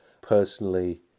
Personally